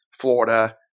Florida